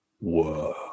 whoa